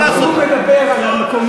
בדיוק.